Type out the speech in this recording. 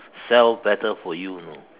sell better for you you know